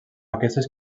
aquestes